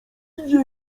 idzie